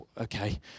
okay